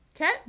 Okay